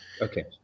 Okay